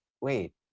wait